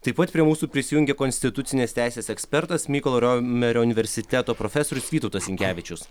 taip pat prie mūsų prisijungė konstitucinės teisės ekspertas mykolo romerio universiteto profesorius vytautas sinkevičius